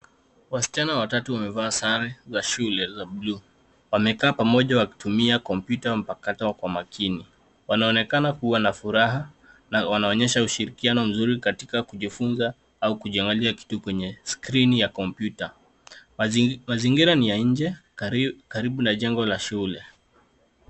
Wasichana watatu wamevaa sare za shule za bluu. Wamekaa pamoja wakitumia kompyuta mpakato kwa makini. Wanaonekana kuwa na furaha na wanaonyesha ushirikiano mzuri katika kujifunza au kujiangalilia kitu kwenye skrini ya kompyuta. Mazingira ni ya nje karibu na jengo la shule.